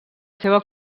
seva